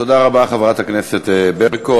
תודה רבה, חברת הכנסת ברקו.